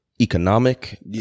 economic